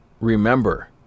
Remember